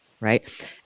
right